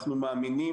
אנחנו מאמינים,